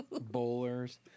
Bowlers